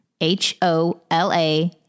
H-O-L-A